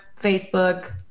Facebook